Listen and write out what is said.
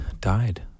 died